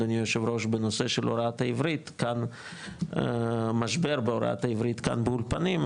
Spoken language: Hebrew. אדוני היו"ר בנושא של המשבר בהוראת העברית כאן באולפנים,